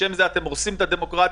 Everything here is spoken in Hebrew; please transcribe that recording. בשם זה אתם הורסים את הדמוקרטיה,